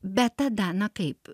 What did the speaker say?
bet tada na kaip